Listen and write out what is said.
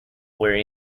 where